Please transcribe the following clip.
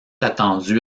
attendu